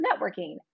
networking